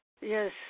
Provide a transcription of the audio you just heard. Yes